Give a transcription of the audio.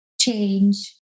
change